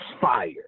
fire